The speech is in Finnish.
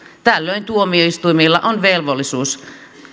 tällöin tuomioistuimilla on velvollisuus